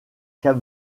cap